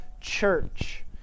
church